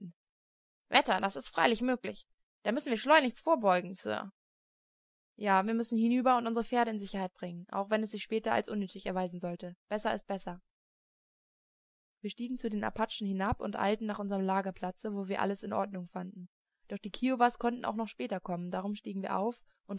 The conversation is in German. wetter das ist freilich möglich da müssen wir schleunigst vorbeugen sir ja wir müssen hinüber und unsere pferde in sicherheit bringen auch wenn es sich später als unnötig erweisen sollte besser ist besser wir stiegen zu den apachen hinab und eilten nach unserm lagerplatze wo wir alles in ordnung fanden doch die kiowas konnten auch noch später kommen darum stiegen wir auf